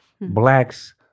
blacks